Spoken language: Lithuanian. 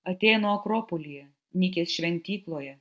atėnų akropolyje nikės šventykloje